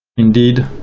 indeed,